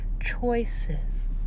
choices